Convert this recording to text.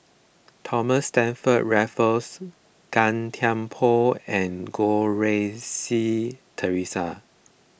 Thomas Stamford Raffles Gan Thiam Poh and Goh Rui Si theresa